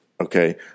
okay